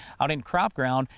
out in crop ground,